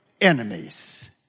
enemies